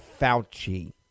Fauci